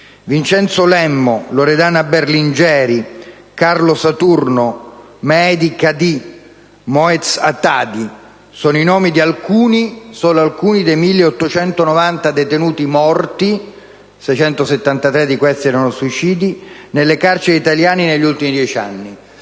Vincenzo Lemmo, Loredana Berlingeri, Carlo Saturno, 'Mehedi Kadi, Moez Atadi: sono i nomi di alcuni soltanto dei 1.890 detenuti morti, di cui 673 suicidi, nelle carceri italiane negli ultimi dieci anni.